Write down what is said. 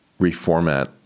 reformat